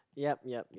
yup yup yup